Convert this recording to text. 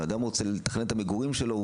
כשאדם רוצה לתכנן את המגורים שלו,